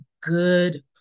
good